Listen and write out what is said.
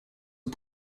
aux